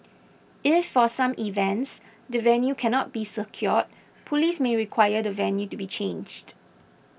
if for some events the venue cannot be secured police may require the venue to be changed